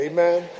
Amen